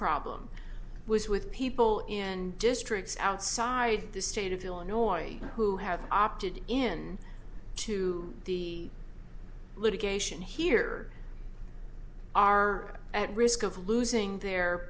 problem was with people in districts outside the state of illinois who have opted in to the litigation here are at risk of losing their